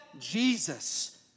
Jesus